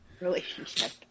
relationship